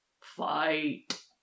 Fight